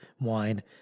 wine